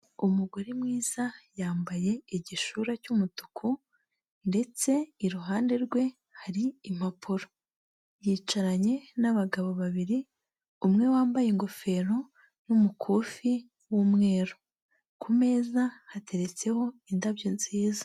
Umugore mwiza, yambaye igishura cy'umutuku ndetse iruhande rwe hari impapuro. Yicaranye n'abagabo babiri, umwe wambaye ingofero n'umukufi w'umweru. Ku meza, hateretseho indabyo nziza.